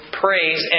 praise